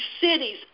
cities